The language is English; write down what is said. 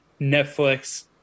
Netflix